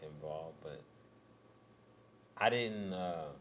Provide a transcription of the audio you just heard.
involved but i didn't